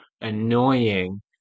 annoying